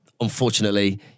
Unfortunately